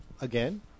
again